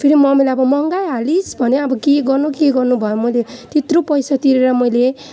फेरि मम्मीले अब मगाइहालिस् भन्यो अब के गर्नु के गर्नु भयो मैले त्यत्रो पैसा तिरेर मैले